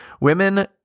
Women